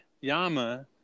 Yama